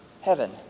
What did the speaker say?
heaven